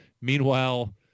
Meanwhile